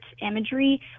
imagery